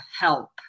help